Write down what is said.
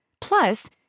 Plus